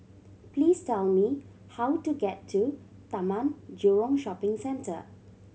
please tell me how to get to Taman Jurong Shopping Centre